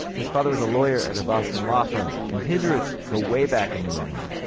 his father was a lawyer at a boston law firm and his roots go way back in new england.